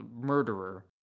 murderer